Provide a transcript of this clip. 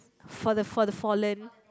for the for the fallen